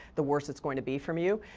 the worse it's going to be from you.